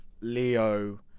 Leo